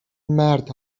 مرد